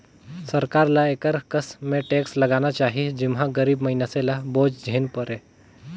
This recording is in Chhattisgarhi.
सरकार ल एकर कस में टेक्स लगाना चाही जेम्हां गरीब मइनसे ल बोझ झेइन परे